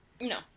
No